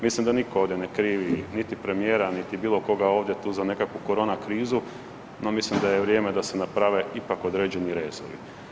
Mislim da nitko ovdje ne krivi niti premijera, niti bilo koga ovdje tu za nekakvu korona krizu no mislim da je vrijeme da se naprave ipak određeni rezovi.